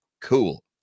cool